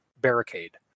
barricade